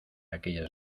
aquellas